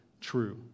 true